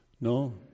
No